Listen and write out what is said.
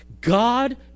God